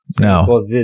No